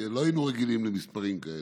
כי לא היינו רגילים למספרים כאלה.